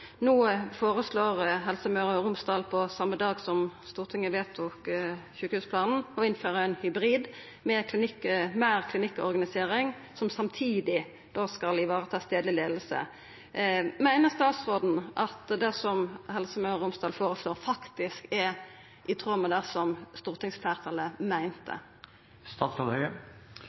No har Helse Møre og Romsdal føreslått, på same dag som Stortinget vedtok sjukehusplanen, å innføra ein hybrid med meir klinikkorganisering, som samtidig skal vareta stadleg leiing. Meiner statsråden at det som Helse Møre og Romsdal føreslår, faktisk er i tråd med det som stortingsfleirtalet meinte?